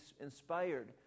inspired